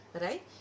right